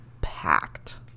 packed